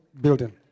building